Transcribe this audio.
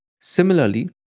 Similarly